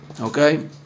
Okay